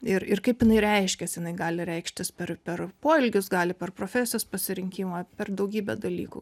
ir ir kaip jinai reiškias jinai gali reikštis per per poelgius gali per profesijos pasirinkimą per daugybę dalykų